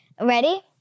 Ready